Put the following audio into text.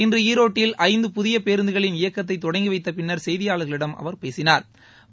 இன்று ஈரோட்டில் ஐந்து புதிய பேருந்துகளின் இயக்கத்தை தொடங்கி வைத்த பின்னா் செய்தியாளா்களிடம் அவர் பேசினாா்